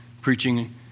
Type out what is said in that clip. Preaching